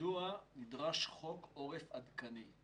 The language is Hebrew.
מדוע נדרש חוק עורף עדכני.